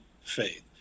faith